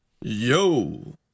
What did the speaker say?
Yo